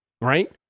Right